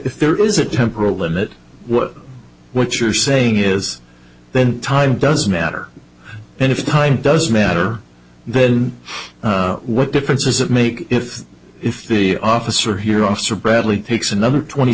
if there is a temporal limit what you're saying is then time doesn't matter and if time does matter then what difference does it make if if the officer here officer bradley takes another twenty